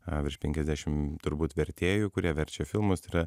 virš penkiasdešimt turbūt vertėjų kurie verčia filmus tai yra